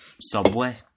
Subway